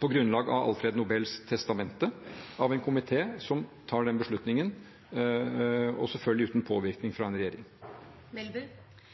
på grunnlag av Alfred Nobels testamente, av en komité som tar den beslutningen, og selvfølgelig uten påvirkning fra en regjering.